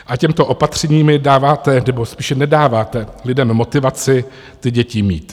A těmito opatřeními dáváte, nebo spíše nedáváte lidem motivaci ty děti mít.